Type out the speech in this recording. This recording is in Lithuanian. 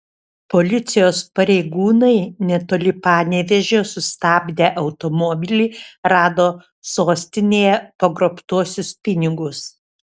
policijos pareigūnai netoli panevėžio sustabdę automobilį rado sostinėje pagrobtuosius pinigus